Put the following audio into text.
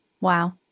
Wow